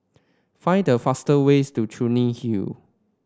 find the fast ways to Clunny Hill